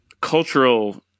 cultural